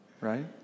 right